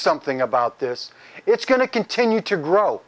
something about this it's going to continue to grow